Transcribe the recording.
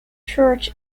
church